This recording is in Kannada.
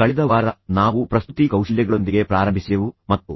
ಕಳೆದ ವಾರ ನಾವು ಪ್ರಸ್ತುತಿ ಕೌಶಲ್ಯಗಳೊಂದಿಗೆ ಪ್ರಾರಂಭಿಸಿದೆವು ಮತ್ತು